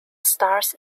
stars